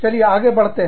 चलिए आगे बढ़ते हैं